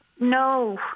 No